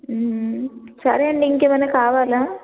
సరే అండి ఇంకేమన్నా కావాలా